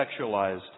sexualized